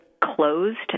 closed